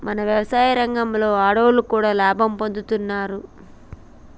మన యవసాయ రంగంలో ఆడోళ్లు కూడా లాభం పొందుతున్నారు